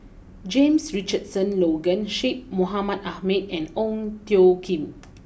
James Richardson Logan Syed Mohamed Ahmed and Ong Tjoe Kim